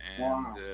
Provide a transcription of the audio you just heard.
Wow